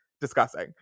discussing